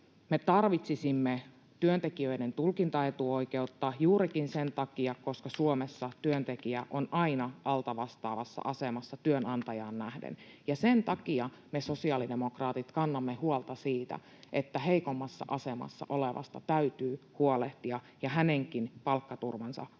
Me tarvitsisimme työntekijöiden tulkintaetuoikeutta juurikin sen takia, että Suomessa työntekijä on aina altavastaavassa asemassa työnantajaan nähden, ja sen takia me sosiaalidemokraatit kannamme huolta siitä, että heikommassa asemassa olevasta täytyy huolehtia ja hänenkin palkkaturvansa hoitaa.